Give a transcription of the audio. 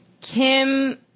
Kim